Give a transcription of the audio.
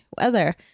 weather